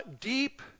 deep